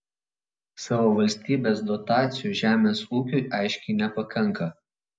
savo valstybės dotacijų žemės ūkiui aiškiai nepakanka